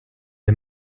est